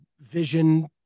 vision